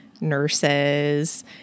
nurses